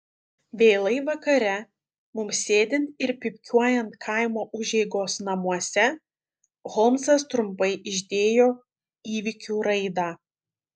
vėlai vakare mums sėdint ir pypkiuojant kaimo užeigos namuose holmsas trumpai išdėjo įvykių raidą